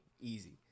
Easy